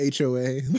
HOA